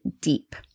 deep